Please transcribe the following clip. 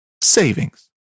savings